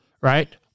right